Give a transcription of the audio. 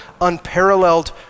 unparalleled